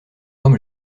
homme